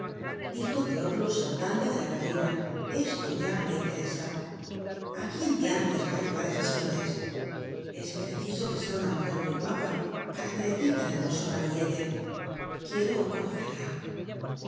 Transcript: dijo teodulo saltando de la berlina esto ya me interesa a quién diantres va á llevar esas flores es preciso que sea una mujer muy guapa para merecer tan hermoso ramillete quiero conocerla